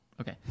Okay